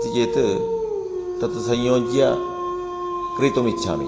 अस्ति चेत् तत् संयोज्य क्रेतुम् इच्छामि